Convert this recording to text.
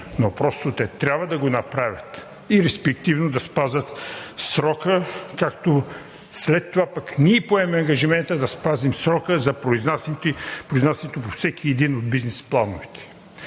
но просто те трябва да го направят и респективно да спазят срока, като след това пък ние поемаме ангажимента да спазим срока за произнасянето по всеки един от бизнес плановете.